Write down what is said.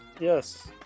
Yes